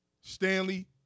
Stanley